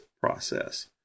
process